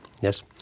Yes